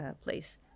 place